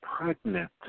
pregnant